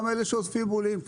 גם אלה שאוספים בולים.